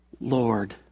Lord